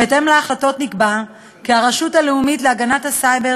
בהחלטות נקבע כי הרשות הלאומית להגנת הסייבר